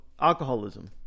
alcoholism